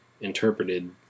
interpreted